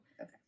Okay